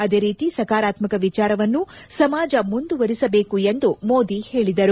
ಅದೇ ರೀತಿ ಸಕಾರಾತ್ಮಕ ವಿಚಾರವನ್ನು ಸಮಾಜ ಮುಂದುವರಿಸಬೇಕು ಎಂದು ಮೋದಿ ಹೇಳಿದರು